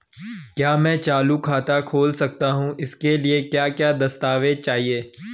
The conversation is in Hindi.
क्या मैं चालू खाता खोल सकता हूँ इसके लिए क्या क्या दस्तावेज़ चाहिए?